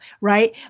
right